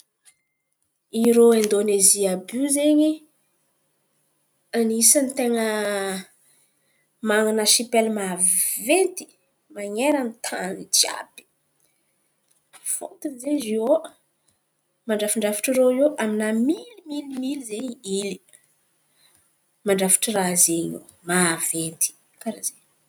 Irô Indônezia àby iô zen̈y anisan̈y manan̈a sipely ten̈a maventy maneran-tan̈y jiàby, fôtony izen̈y izy iô mandrafindrafitr’irô aminaminy na mily na mily izen̈y hely mandrafitra raha izen̈y maventy karà izen̈y.